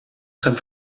sant